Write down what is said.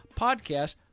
podcast